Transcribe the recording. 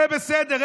זה בסדר,